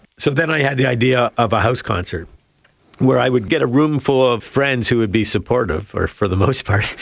so then i had the idea of a house concert where i would get a room full of friends who would be supportive, for the most part,